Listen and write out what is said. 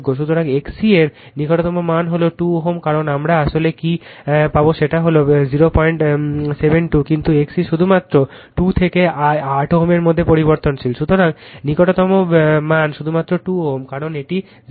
সুতরাং XC এর নিকটতম মান হল 2 Ω কারণ আমরা আসলে কী কল পাব সেটি হল 072 কিন্তু XC শুধুমাত্র 2 থেকে 8 Ω এর মধ্যে পরিবর্তনশীল। সুতরাং নিকটতম মান শুধুমাত্র 2 Ω কারণ এটি 07